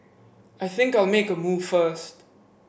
I think I'll make a move first